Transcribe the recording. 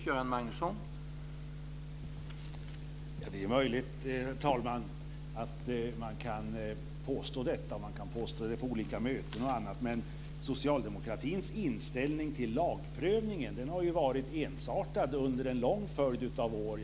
Herr talman! Det är möjligt att man kan påstå detta. Man kan påstå det på olika möten och annat. Men socialdemokratins inställning till lagprövningen har varit ensartad under en lång följd av år.